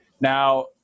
Now